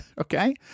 okay